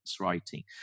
writing